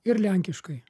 ir lenkiškai